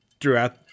throughout